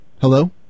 Hello